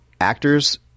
actors